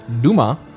Duma